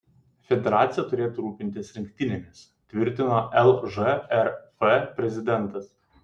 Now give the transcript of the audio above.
federacija turėtų rūpintis rinktinėmis tvirtino lžrf prezidentas